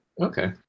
Okay